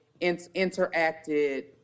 interacted